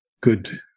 good